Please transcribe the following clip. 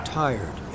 tired